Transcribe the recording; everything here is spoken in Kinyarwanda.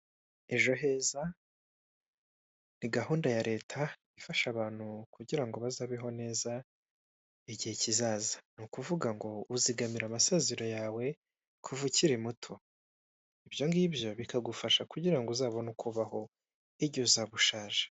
Ejo heza ni gahunda ya leta ifasha abantu kugira ngo bazabeho neza igihe kizaza, ni ukuvuga ngo uzigamire amasaziro yawe kuva ukiri muto; ibyo ngibyo bikagufasha kugira ngo uzabone uko ubaho igihe uzaba ushaje.